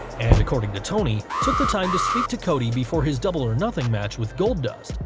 and according to tony, took the time to speak to cody before his double or nothing match with goldust,